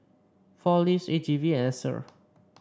Four Leaves A G V and Acer